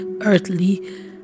earthly